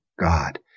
God